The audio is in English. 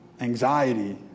anxiety